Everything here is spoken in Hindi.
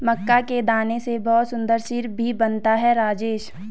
मक्का के दाने से बहुत सुंदर सिरप भी बनता है राजेश